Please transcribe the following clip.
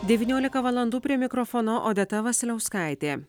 devyniolika valandų prie mikrofono odeta vasiliauskaitė